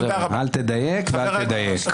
אל תדייק ואל תדייק.